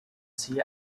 ziel